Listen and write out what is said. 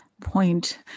point